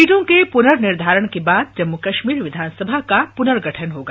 सीटों के पूनर्निर्धारण के बाद जम्मू कश्मीर विधानसभा का पूनर्गठन होगा